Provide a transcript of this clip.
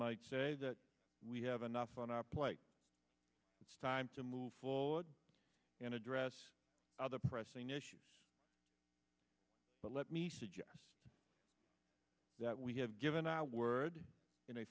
might say that we have enough on our plate it's time to move forward and address other pressing issues but let me suggest that we have given our word in a